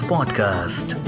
Podcast